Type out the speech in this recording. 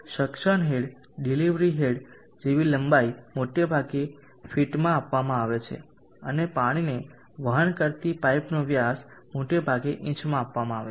suction head delivery head જેવી લંબાઈ મોટાભાગે ફીટમાં આપવામાં આવે છે અને પાણીને વહન કરતી પાઇપનો વ્યાસ મોટાભાગે ઇંચમાં આપવામાં આવે છે